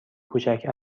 کوچک